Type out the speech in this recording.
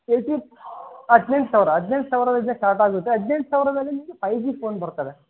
eighteen ಹದಿನೆಂಟು ಸಾವಿರ ಹದಿನೆಂಟು ಸಾವಿರದಿಂದ ಸ್ಟಾರ್ಟ್ ಆಗುತ್ತೆ ಹದಿನೆಂಟು ಸಾವಿರದಲ್ಲಿ ನಿಮಗೆ ಫೈ ಜಿ ಫೋನ್ ಬರ್ತವೆ